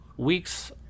Week's